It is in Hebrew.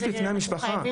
בפני המשפחה?